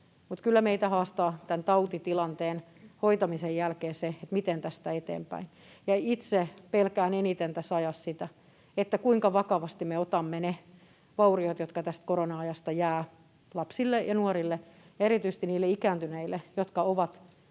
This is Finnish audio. Mutta kyllä meitä haastaa tämän tautitilanteen hoitamisen jälkeen se, miten tästä eteenpäin, ja itse pelkään eniten tässä ajassa sitä, kuinka vakavasti me otamme ne vauriot, jotka tästä korona-ajasta jäävät lapsille ja nuorille ja erityisesti niille ikääntyneille, jotka ovat